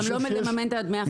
זה גם לא מממן את דמי ההפצה.